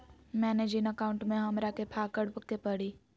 मैंने जिन अकाउंट में हमरा के काकड़ के परी?